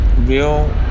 real